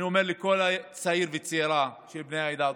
אני אומר לכל צעיר וצעירה של בני העדה הדרוזית: